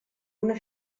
una